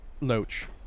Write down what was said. Loach